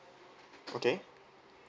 okay